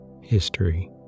History